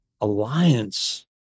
alliance